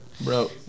bro